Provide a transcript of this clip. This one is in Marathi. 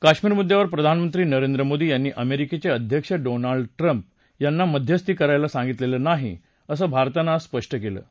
काश्मिर मुद्यावर प्रधानमंत्री नरेंद्र मोदी यांनी अमेरिकेचे अध्यक्ष डोनाल्ड ट्रम्प यांना मध्यस्थी करायल सांगितलेलं नाही असं भारतानं स्पष्ट केलं आहे